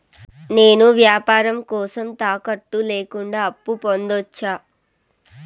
నేను వ్యాపారం కోసం తాకట్టు లేకుండా అప్పు పొందొచ్చా?